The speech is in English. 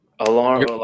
Alarm